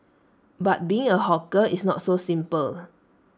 but being A hawker it's not so simple